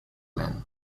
men